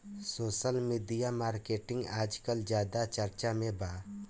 social media marketing आजकल ज्यादा चर्चा में बा